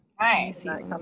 Nice